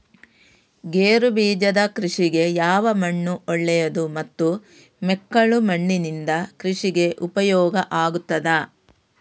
ಗೇರುಬೀಜದ ಕೃಷಿಗೆ ಯಾವ ಮಣ್ಣು ಒಳ್ಳೆಯದು ಮತ್ತು ಮೆಕ್ಕಲು ಮಣ್ಣಿನಿಂದ ಕೃಷಿಗೆ ಉಪಯೋಗ ಆಗುತ್ತದಾ?